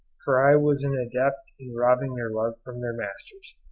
for i was an adept in robbing their love from their masters.